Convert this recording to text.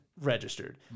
registered